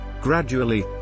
Gradually